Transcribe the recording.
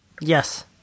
yes